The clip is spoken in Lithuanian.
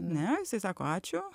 ne jisai sako ačiū